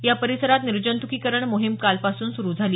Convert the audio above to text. या परिसरात निर्जंतुकीकरण मोहिम कालपासून सुरू झाली